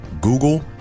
Google